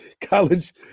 college